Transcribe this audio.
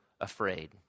afraid